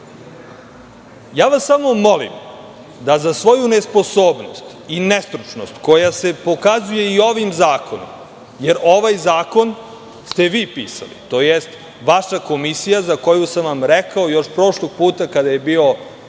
vas molim da za svoju nesposobnost i nestručnost koja se pokazuje i ovim zakonom, jer ovaj zakon ste vi pisali, odnosno vaša komisija za koju sam vam rekao još prošlog puta kada je bio